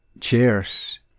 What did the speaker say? cheers